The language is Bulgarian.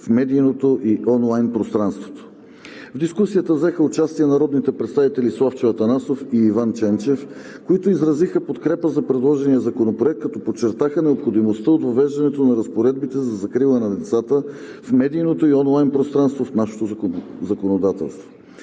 в медийното и онлайн пространство. В дискусията взеха участие народните представители Славчо Атанасов и Иван Ченчев, които изразиха подкрепа за предложения законопроект, като подчертаха необходимостта от въвеждането на разпоредбите за закрила на децата в медийното и онлайн пространство в нашето законодателство.